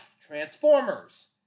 Transformers